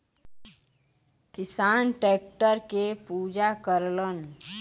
किसान टैक्टर के पूजा करलन